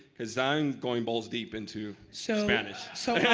cause i'm going balls deep into so spanish. so yeah